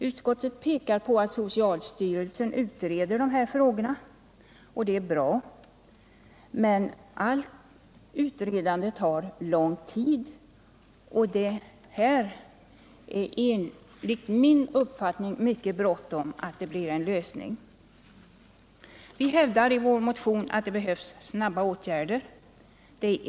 Utskottet visar på att socialstyrelsen utreder de här frågorna. Det är bra, men allt utredande tar lång tid, och det är enligt min mening mycket bråttom att få till stånd en lösning. Vi hävdar i vår motion att snabba åtgärder behövs.